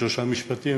שניים-שלושה משפטים,